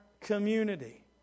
community